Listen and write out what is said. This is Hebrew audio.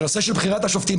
בנושא בחירת השופטים,